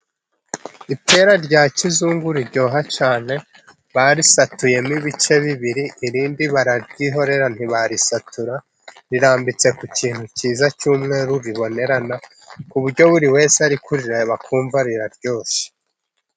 Ipera rya kizungu riryoha cyane, barisatuyemo ibice bibiri, irindi bararyihorera ntibarisatura, rirambitse ku kintu kiza cy'umweru ribonerana, ku buryo buri wese ari kurireba akumva riraryoshye.